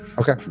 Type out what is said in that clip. Okay